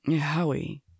Howie